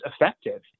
effective